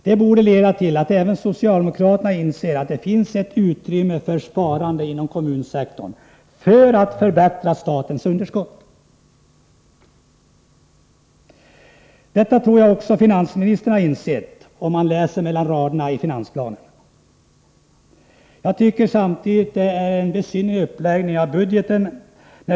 Det borde leda till att även socialdemokraterna inser att det inom kommunsektorn finns utrymme för sparande för att minska statens underskott. Läser man mellan raderna i finansplanen verkar det som om även finansministern har insett detta. Jag tycker att det är en besynnerlig uppläggning av budgeten.